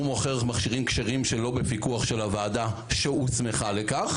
הוא מוכר מכשירים כשרים שלא בפיקוח של הוועדה שהוסמכה לכך.